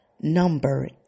number